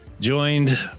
joined